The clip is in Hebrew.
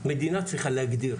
מדינה צריכה להגדיר,